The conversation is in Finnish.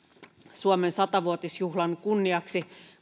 suomen satavuotisjuhlan kunniaksi